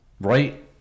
right